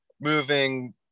moving